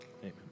amen